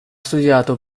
studiato